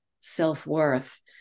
self-worth